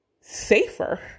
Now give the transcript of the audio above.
safer